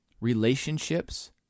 relationships